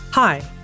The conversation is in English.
Hi